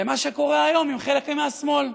למה שקורה היום עם חלק מהשמאל.